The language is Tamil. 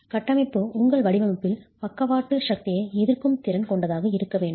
கட்டமைப்பு உங்கள் வடிவமைப்பில் பக்கவாட்டு லேட்ரல் சக்தியை எதிர்க்கும் திறன் கொண்டதாக இருக்க வேண்டும்